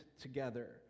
together